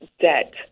debt